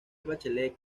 bachelet